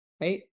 right